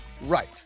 Right